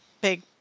big